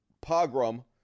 pogrom